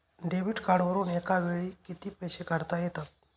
Debit कार्डवरुन एका वेळी किती पैसे काढता येतात?